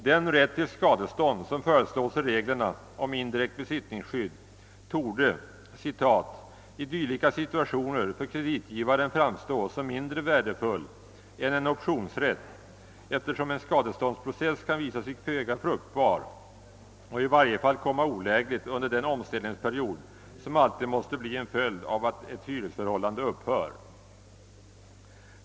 Den rätt till skadestånd som föreslås i reglerna om indirekt besittningsskydd torde »i dylika situationer för kreditgivaren framstå som mindre värdefull än en optionsrätt, eftersom en skadeståndsprocess kan visa sig föga fruktbar och i varje fall komma olägligt under den omställningsperiod, som alltid måste bli en följd av att ett hyresförhållande upphör».